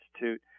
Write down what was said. Institute